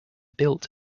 built